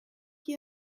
qui